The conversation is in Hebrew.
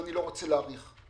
ואני לא רוצה להאריך,